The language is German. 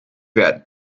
werden